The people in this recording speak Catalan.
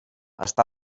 està